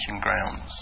grounds